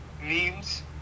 memes